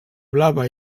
blava